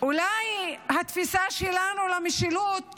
אולי תפיסת המשילות